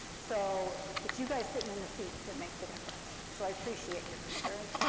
so it's you guys sitting in the seats that make the difference, so i appreciate your concerns.